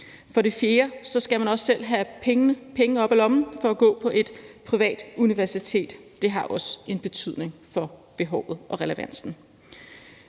For det fjerde skal man også selv have penge op af lommen for at gå på et privat universitet. Det har også en betydning for behovet og relevansen.